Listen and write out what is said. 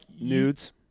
Nudes